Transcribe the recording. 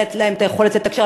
אין להם יכולת לתקשר,